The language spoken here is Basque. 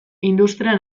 industria